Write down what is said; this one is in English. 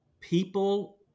people